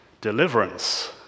deliverance